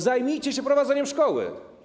Zajmijcie się prowadzeniem szkół.